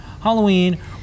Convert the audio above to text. Halloween